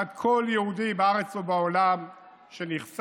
ועד כל יהודי בארץ או בעולם שנחשף